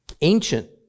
Ancient